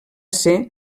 ser